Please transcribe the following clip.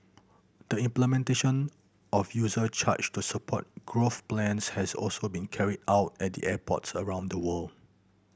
the implementation of user charge to support growth plans has also been carried out at the airports around the world